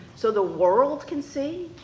so the world can see?